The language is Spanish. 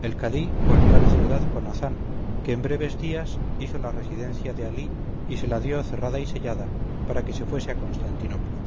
el cadí volvió a la ciudad con hazán que en breves días hizo la residencia de alí y se la dio cerrada y sellada para que se fuese a constantinopla